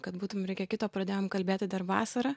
kad būtum reikia kito pradėjom kalbėti dar vasarą